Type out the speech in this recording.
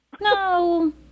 No